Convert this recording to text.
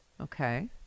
Okay